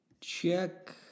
Check